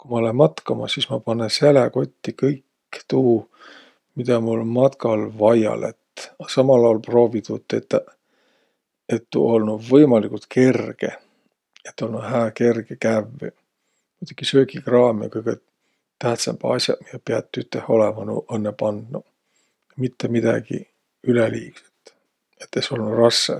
Ku ma lää matkama, sis ma panõ säläkotti kõik tuu, midä mul matkal vaia lätt, a samal aol proovi tuud tetäq, et tuu olnuq võimaligult kerge, et olnuq hää, kerge kävvüq. Määntsegiq söögikraam ja kõgõ tähtsämbäq as'aq, miä piät üteh olõma, nuuq õnnõ pandnuq. Mitte midägi üleliigset, et es olnuq rassõ.